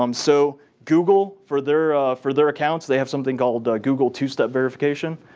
um so google, for their for their accounts, they have something called a google two step verification.